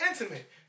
intimate